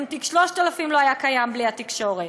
גם תיק 3000 לא היה קיים בלי התקשורת.